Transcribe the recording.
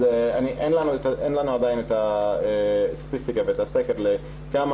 אין לנו עדיין את הסטטיסטיקה ואת הסקר של כמה